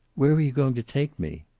where are you going to take me?